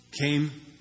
came